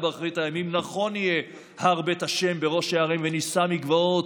באחרית הימים נכון יהיה הר בית ה' בראש ההרים ונִשא מגבעות,